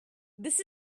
this